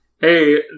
Hey